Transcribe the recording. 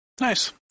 nice